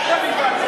אתה גאון.